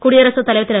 குடியரசுத் தலைவர் திரு